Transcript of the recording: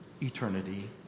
eternity